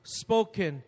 spoken